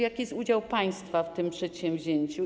Jaki jest udział państwa w tym przedsięwzięciu?